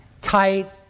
tight